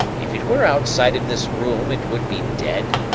if it were outside of this room it would be dead,